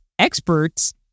Experts